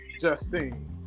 Justine